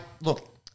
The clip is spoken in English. look